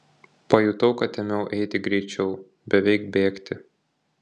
pajutau kad ėmiau eiti greičiau beveik bėgti